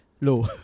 low